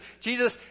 Jesus